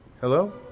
Hello